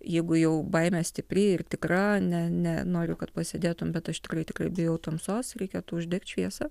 jeigu jau baimė stipri ir tikra ne ne noriu kad pasėdėtum bet aš tikrai tikrai bijau tamsos reikėtų uždegti šviesą